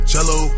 Cello